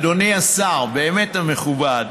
אדוני השר, באמת המכובד,